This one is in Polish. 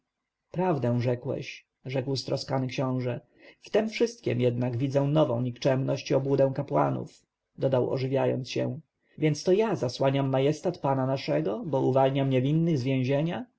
najpierwej prawdę rzekłeś odparł stroskany książę w tem wszystkiem jednak widzę nową nikczemnosć i obłudę kapłanów dodał ożywiając się więc to ja zasłaniam majestat pana naszego bo uwalniam niewinnych z więzienia